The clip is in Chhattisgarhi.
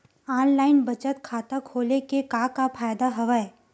ऑनलाइन बचत खाता खोले के का का फ़ायदा हवय